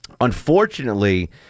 Unfortunately